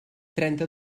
trenta